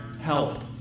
help